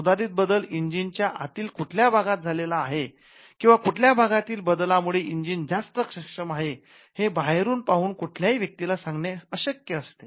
सुधारीत बदल इंजिन च्या आतील कुठल्या भागात झालेला आहे किंवा कुठल्या भागातील बदलामुळे इंजिन जास्त सक्षम झाले आहे हे बाहेरुन पाहून कुठल्याही व्यक्तीला सांगणे अशक्य असते